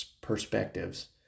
perspectives